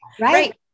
Right